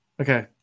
Okay